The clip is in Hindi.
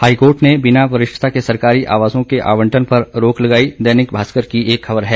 हाईकोर्ट ने बिना वरिष्ठता के सरकारी आवासों के आवंटन पर रोक लगाई दैनिक भास्कर की एक खबर है